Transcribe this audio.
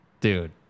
Dude